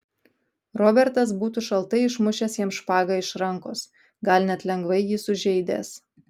robertas būtų šaltai išmušęs jam špagą iš rankos gal net lengvai jį sužeidęs